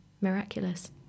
miraculous